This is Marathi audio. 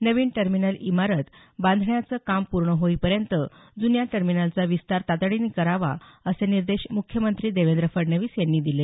नवीन टर्मिनल इमारत बांधण्याचं काम पूर्ण होईपर्यंत जुन्या टर्मिनलचा विस्तार तातडीनं करावा असे निर्देश मुख्यमंत्री देवेंद्र फडणवीस यांनी दिले